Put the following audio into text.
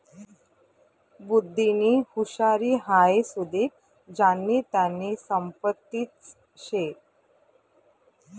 बुध्दीनी हुशारी हाई सुदीक ज्यानी त्यानी संपत्तीच शे